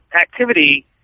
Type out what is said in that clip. activity